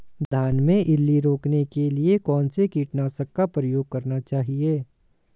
धान में इल्ली रोकने के लिए कौनसे कीटनाशक का प्रयोग करना चाहिए?